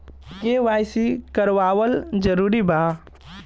KYC करवावल जरूरी बा?